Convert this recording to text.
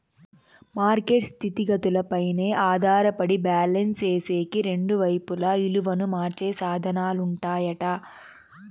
market స్థితిగతులపైనే ఆధారపడి balance సేసేకి రెండు వైపులా ఇలువను మార్చే సాధనాలుంటాయట